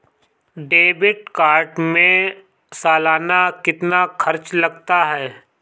Debit card में सालाना कितना खर्च लगता है?